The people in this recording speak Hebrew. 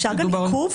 אפשר גם עיכוב?